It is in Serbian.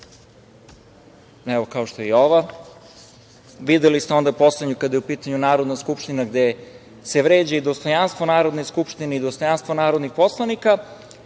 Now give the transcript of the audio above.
evo, kao što je i ova. Videli ste onu poslednju, kada je u pitanju Narodna skupština, gde se vređa i dostojanstvo Narodne skupštine i dostojanstvo narodnih poslanika,